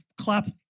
clap